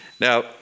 Now